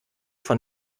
von